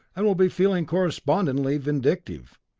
and will be feeling correspondingly vindictive.